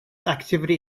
activity